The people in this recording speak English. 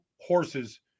horses